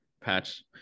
patch